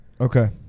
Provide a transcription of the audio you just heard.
Okay